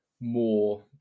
more